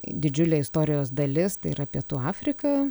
didžiulė istorijos dalis tai yra pietų afrika